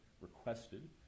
requested